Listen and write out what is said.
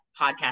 podcast